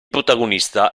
protagonista